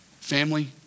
Family